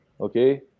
okay